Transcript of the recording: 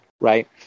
right